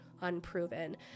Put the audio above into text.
unproven